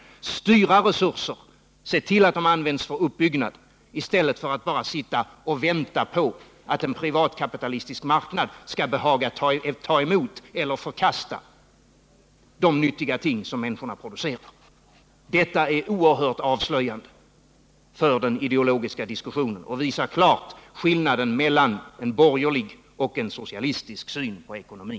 Samhället måste styra resurserna, se till att de används för uppbyggnad, i stället för att man bara skall sitta och vänta på att en privatkapitalistisk marknad skall behaga ta emot eller förkasta de nyttiga ting som människorna producerar. Detta är oerhört avslöjande för den ideologiska diskussionen och visar klart skillnaden mellan en borgerlig och en socialistisk syn på ekonomin.